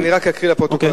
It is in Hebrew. אז רק אקריא לפרוטוקול,